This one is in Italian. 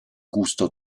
gusto